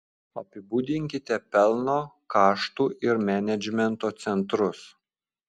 apibūdinkite pelno kaštų ir menedžmento centrus